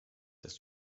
das